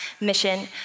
mission